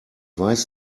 weiß